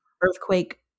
earthquake